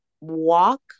walk